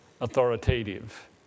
authoritative